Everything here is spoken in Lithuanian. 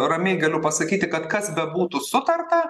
ramiai galiu pasakyti kad kas bebūtų sutarta